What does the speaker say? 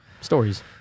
stories